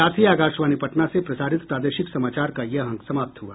इसके साथ ही आकाशवाणी पटना से प्रसारित प्रादेशिक समाचार का ये अंक समाप्त हुआ